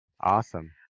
Awesome